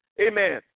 Amen